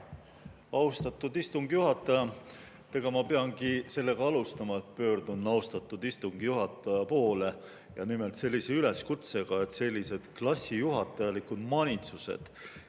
austatud istungi juhataja! Eks ma peangi sellega alustama, et pöördun austatud istungi juhataja poole, nimelt sellise üleskutsega, et sellised klassijuhatajalikud manitsused